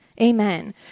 amen